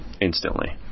instantly